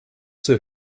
zur